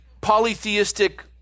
polytheistic